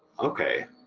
okay,